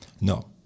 No